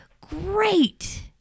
great